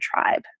tribe